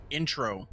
intro